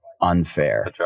unfair